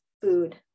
food